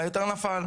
אז ההיתר נפל.